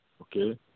okay